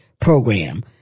program